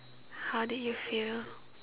how did you feel